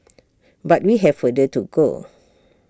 but we have further to go